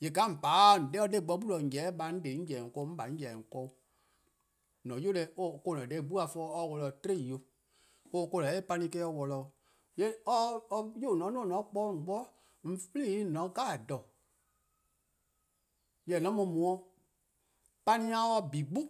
:yee' :ka :on pa 'de or 'de 'bli 'gbu 'de :on :yeh-dih 'de or :baa', 'on :de 'on :yeh-dih on 'weh o, 'on :ba 'on :yeh-dih on 'weh 'o, :an-a' 'yu de-' 'o or-: :dhe-dih dha 'gbu-a for 'i or worlor 'tiei: 'o. 'oh or-: :ne 'nor for bo or worlor 'pani'-a 'o, 'yu :daa :mor :on 'duo:-or :on kpa-or 'de :on be, :yee' :on free 'i :on :ne :dha 'jeh. Jorwor: :mor :on mu 'pani'-a 'dleh 'gbe,,